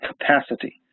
capacity